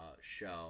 show